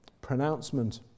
pronouncement